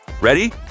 Ready